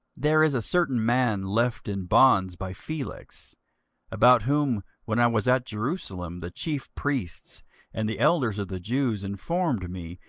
there is a certain man left in bonds by felix about whom, when i was at jerusalem, the chief priests and the elders of the jews informed me,